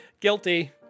Guilty